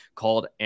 called